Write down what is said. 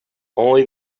only